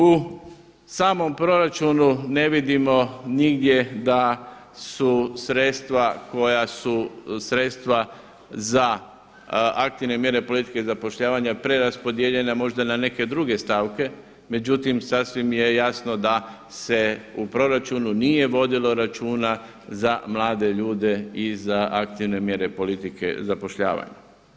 U samom proračunu ne vidimo nigdje da su sredstva koja su sredstva za aktivne mjere politike i zapošljavanja preraspodijeljene možda na neke druge stavke, međutim sasvim je jasno da se u proračunu nije vodilo računa za mlade ljude i za aktivne mjere politike zapošljavanja.